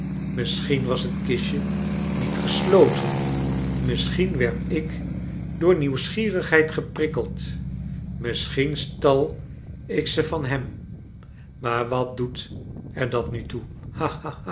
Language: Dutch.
misschien was het kistje niet gesloten misschien werd ik door nieuwsgierigheid geprikkeld misschien stal ik ze van hem maar wat doet er dat nu toe